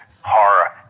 horror